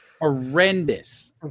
horrendous